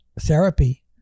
therapy